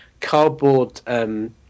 cardboard